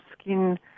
skin